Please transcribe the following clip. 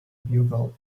bugle